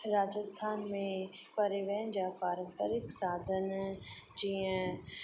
राजस्थान में परिवहन जा पारंपरिक साधन जीअं